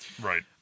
Right